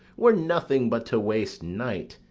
were nothing but to waste night,